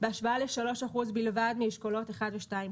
לעומת 3% בלבד מאשכולות 1 ו-2.